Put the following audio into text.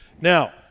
Now